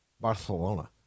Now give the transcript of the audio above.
Barcelona